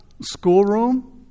schoolroom